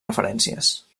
referències